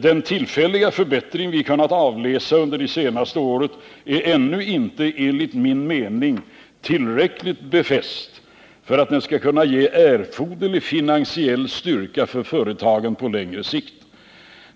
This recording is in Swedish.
Den tillfälliga förbättring vi kunnat avläsa under det senaste året är enligt min mening ännu inte tillräckligt befäst för att den skall kunna ge erforderlig finansiell styrka för företagen på längre sikt.